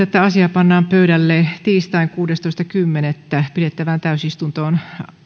että asia pannaan pöydälle tiistaina kuudestoista kymmenettä pidettävään täysistuntoon